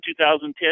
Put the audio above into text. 2010